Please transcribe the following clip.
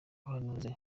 abahanuzi